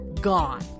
Gone